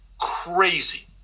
crazy